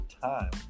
time